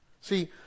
See